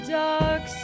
dark